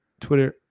Twitter